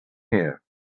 here